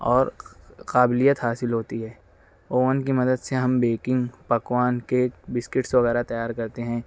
اور قابلیت حاصل ہوتی ہے اوون کی مدد سے ہم بیکنگ پکوان کیک بسکٹس وغیرہ تیار کرتے ہیں